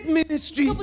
ministry